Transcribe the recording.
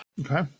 okay